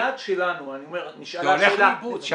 זה הולך לאיבוד.